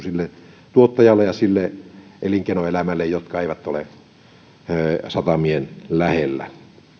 sille tuottajalle ja sille elinkeinoelämälle jotka eivät ole satamien lähellä